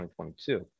2022